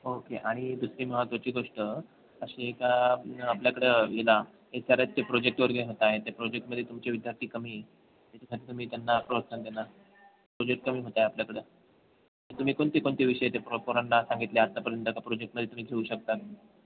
okay आणि दुसरी महत्त्वाची गोष्ट अशी आहे का आपल्याकडं इला एच आर एचचे प्रोजेक्ट वगैरे होत आहेत त्या प्रोजेक्टमध्ये तुमचे विद्यार्थी कमी आहे त्याच्यासाठी तुम्ही त्यांना प्रोत्साहन देना प्रोजेक्ट कमी होत आहे आपल्याकडं तुम्ही कोणते कोणते विषय ते प्र पोरांना सांगितले आत्तापर्यंत का प्रोजेक्टमध्ये तुम्ही घेऊ शकता